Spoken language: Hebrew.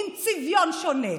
עם צביון שונה.